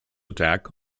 attack